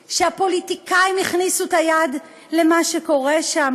הפוליטיקאים הכניסו את היד למה שקורה שם,